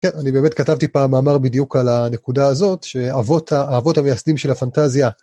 כן, אני באמת כתבתי פעם מאמר בדיוק על הנקודה הזאת שאבות ה... האבות המייסדים של הפנטזיה...